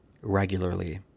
regularly